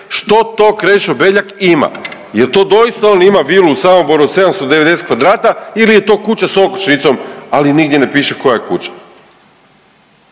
što to Krešo Beljak ima, je li to doista on ima vilu u Samoboru od 790 kvadrata ili je to kuća s okućnicom, ali nigdje ne piše koja je kuća.